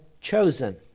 chosen